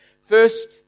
First